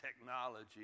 technology